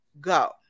Go